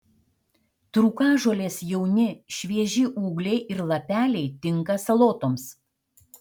trūkažolės jauni švieži ūgliai ir lapeliai tinka salotoms